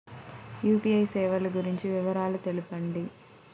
UPI సేవలు గురించి వివరాలు తెలుపండి?